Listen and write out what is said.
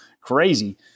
crazy